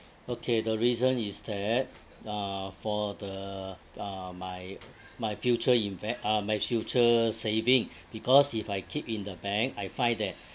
okay the reason is that uh for the uh my my future inve~ uh my future saving because if I keep in the bank I find that